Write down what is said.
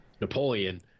Napoleon